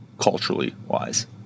culturally-wise